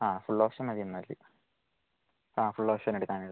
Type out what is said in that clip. ആ full option മതി എന്നാല് ആ ഫുള് ഓപ്ഷന് എടുക്കാനായിരുന്നു